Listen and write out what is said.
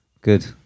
Good